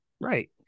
right